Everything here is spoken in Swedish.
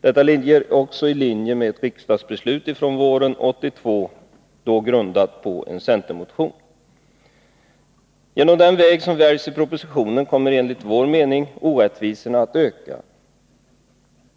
Detta ligger också i linje med riksdagsbeslutet från våren 1982, grundat på en centermotion. Den väg som väljs i propositionen kommer enligt vår mening att leda till att orättvisorna ökar.